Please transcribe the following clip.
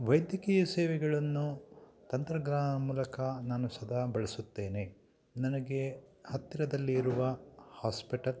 ವೈದ್ಯಕೀಯ ಸೇವೆಗಳನ್ನು ತಂತ್ರಗ್ರಾ ಮೂಲಕ ನಾನು ಸದಾ ಬಳಸುತ್ತೇನೆ ನನಗೆ ಹತ್ತಿರದಲ್ಲಿರುವ ಹಾಸ್ಪಿಟಲ್